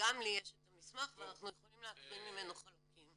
גם לי יש את המסמך ואנחנו יכולים להקריא ממנו חלקים.